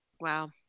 Wow